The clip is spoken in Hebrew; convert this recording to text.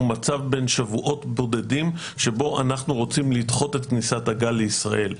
הוא מצב בין שבועות בודדים שבו אנחנו רוצים לדחות את כניסת הגל לישראל.